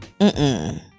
mm-mm